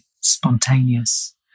spontaneous